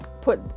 put